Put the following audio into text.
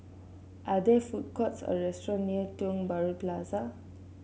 are there food courts or restaurants near Tiong Bahru Plaza